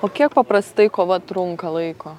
o kiek paprastai kova trunka laiko